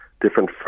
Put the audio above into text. different